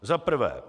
Za prvé.